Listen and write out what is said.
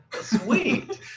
Sweet